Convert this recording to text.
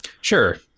sure